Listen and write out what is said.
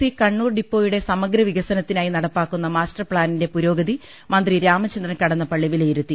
C Kannur ഡിപ്പോയുടെ സമഗ്രവികസന ത്തിനായി നടപ്പാക്കുന്ന മാസ്റ്റർ പ്ലാനിന്റ പുരോഗതി മന്ത്രി രാമ ചന്ദ്രൻ കടന്നപ്പള്ളി വിലയിരുത്തി